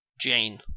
Jane